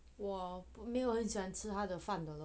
err 没有很喜欢吃他的饭